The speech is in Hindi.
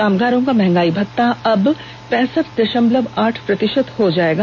कामगारों का महंगाई भत्ता अब पैंसठ दशमलव आठ प्रतिशत हो जाएगा